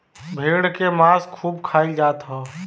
भेड़ के मांस खूब खाईल जात हव